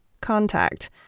contact